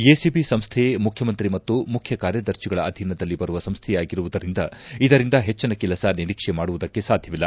ACI ಸಂಸ್ಥೆ ಮುಖ್ಯಮಂತ್ರಿ ಮತ್ತು ಮುಖ್ಯಕಾರ್ಯದರ್ಶಿಗಳ ಅಧೀನದಲ್ಲಿ ಬರುವ ಸಂಸ್ಥೆಯಾಗಿರುವುದರಿಂದ ಇದರಿಂದ ಹೆಚ್ಚಿನ ಕೆಲಸ ನಿರೀಕ್ಷೆ ಮಾಡುವುದಕ್ಕೆ ಸಾಧ್ಯವಿಲ್ಲ